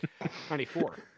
94